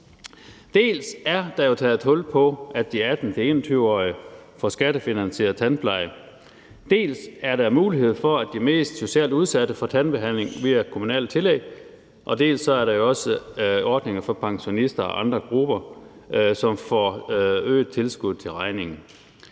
Dels er der jo taget hul på, at de 18-21-årige får skattefinansieret tandpleje, dels er der mulighed for, at de mest socialt udsatte får tandbehandling via et kommunalt tillæg, dels er der jo også ordninger for pensionister og andre grupper, som får et øget tilskud til regningen.